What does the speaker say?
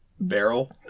Barrel